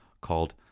called